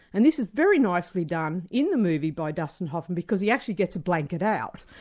and this is very nicely done in the movie by dustin hoffman, because he actually gets a blanket out